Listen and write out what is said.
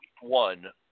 one